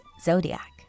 Zodiac